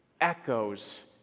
echoes